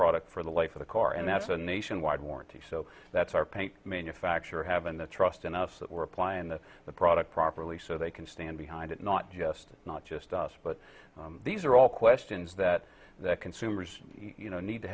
product for the life of the car and that's a nationwide warranty so that's our paint manufacturer having the trust in us that we're applying to the product properly so they can stand behind it not just not just us but these are all questions that that consumers